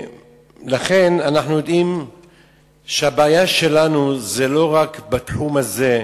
אנחנו יודעים שהבעיה שלנו היא לא רק בתחום הזה,